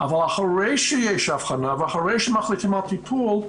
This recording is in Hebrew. אבל אחרי שיש אבחנה ואחרי שמחליטים על טיפול,